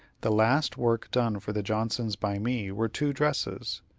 the last work done for the johnsons by me were two dresses,